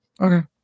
Okay